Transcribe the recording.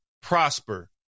prosper